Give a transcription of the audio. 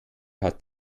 hat